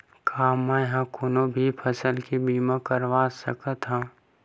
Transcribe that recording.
का मै ह कोनो भी फसल के बीमा करवा सकत हव?